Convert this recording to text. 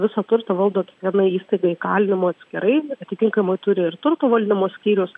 visą turtą valdo kiekviena įstaiga įkalinimo atskirai atitinkamai turi ir turto valdymo skyrius